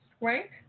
right